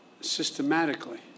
systematically